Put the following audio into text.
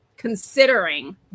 considering